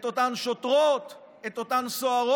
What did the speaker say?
את אותן שוטרות, את אותן סוהרות.